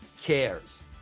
cares